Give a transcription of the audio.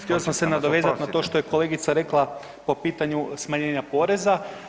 Htio sam se nadovezati na to što je kolegica rekla po pitanju smanjenja poreza.